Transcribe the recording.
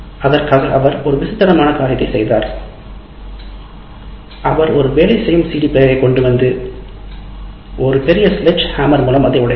அதற்காக அவர் ஒரு விசித்திரமான காரியத்தைச் செய்தார் அவர் ஒரு வேலை செய்யும் சிடி பிளேயரைக் கொண்டு வந்து ஒரு பெரிய ஸ்லெட்க்ஹாம்மர் மூலம் அதை உடைத்தார்